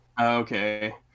Okay